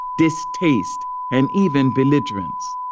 distaste and even belligerence.